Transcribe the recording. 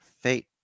fate